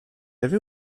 avait